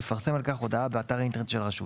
תפרסם על כך הודעה באתר האינטרנט של הרשות,